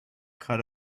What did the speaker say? cut